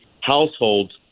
households